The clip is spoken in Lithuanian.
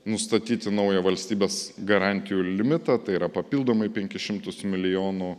nustatyti naują valstybės garantijų limitą tai yra papildomai penkis šimtus milijonų